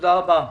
תודה רבה.